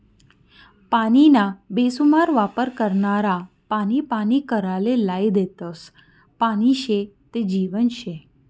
पानीना बेसुमार वापर करनारा पानी पानी कराले लायी देतस, पानी शे ते जीवन शे